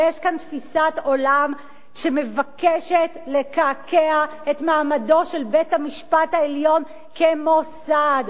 יש כאן תפיסת עולם שמבקשת לקעקע את מעמדו של בית-המשפט העליון כמוסד.